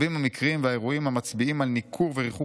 רבים המקרים והאירועים המצביעים על ניכור וריחוק